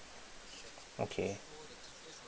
okay